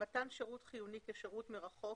"מתן שירות חיוני כשירות מרחוק,